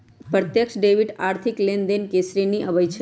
प्रत्यक्ष डेबिट आर्थिक लेनदेन के श्रेणी में आबइ छै